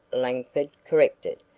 langford corrected,